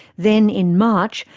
then in march,